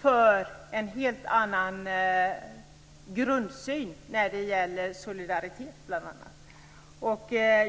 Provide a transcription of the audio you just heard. för en helt annan grundsyn när det bl.a. gäller solidaritet.